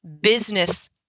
business